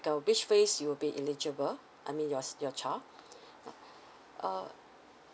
uh which phase you'll be eligible I mean yours your child now uh